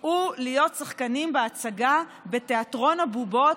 הוא להיות שחקנים בהצגה בתיאטרון הבובות